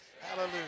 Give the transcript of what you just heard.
Hallelujah